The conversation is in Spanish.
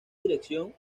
dirección